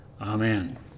Amen